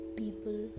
people